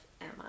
Emma